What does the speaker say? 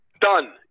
Done